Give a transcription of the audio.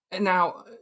Now